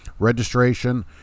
registration